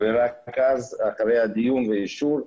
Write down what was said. ורק אז, אחרי הדיון והאישור,